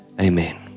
amen